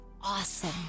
awesome